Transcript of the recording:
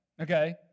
Okay